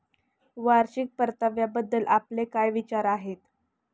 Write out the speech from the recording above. वार्षिक परताव्याबद्दल आपले काय विचार आहेत?